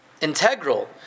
integral